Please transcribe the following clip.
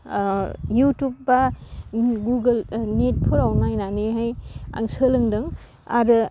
YouTube बा Google नेटफोराव नायनानैहाय आं सोलोंदों आरो